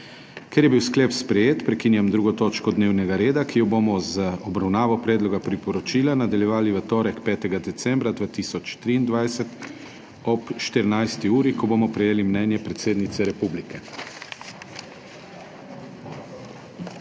Ker je bil sklep sprejet, prekinjam 2. točko dnevnega reda, ki jo bomo z obravnavo predloga priporočila nadaljevali v torek, 5. decembra 2023 ob 14. uri, ko bomo prejeli mnenje predsednice republike.